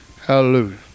Hallelujah